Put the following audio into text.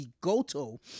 Goto